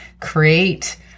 create